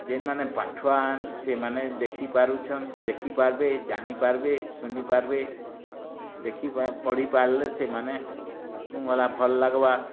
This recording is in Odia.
ଯେନ୍ମାନେ ପାଠୁଆନ୍ ସେଇମାନେ ଦେଖି ପାରୁଛନ୍ ଦେଖିପାର୍ବେ ଜାନିପାର୍ବେ ଶୁନିପାର୍ବେ ଦେଖିବା ପଢ଼ିପାର୍ଲେ ସେମାନେକୁ ଭଲ୍ଲାଗ୍ବା